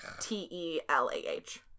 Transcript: T-E-L-A-H